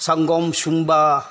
ꯁꯪꯒꯣꯝ ꯁꯨꯝꯕ